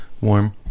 warm